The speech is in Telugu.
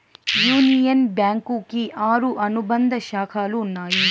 యూనియన్ బ్యాంకు కి ఆరు అనుబంధ శాఖలు ఉన్నాయి